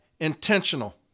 intentional